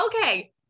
Okay